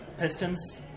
Pistons